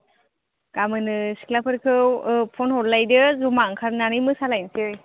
गामोननो सिख्लाफोरखौ ओ फन हरलायदो जमा ओंखारनानै मोसालायसै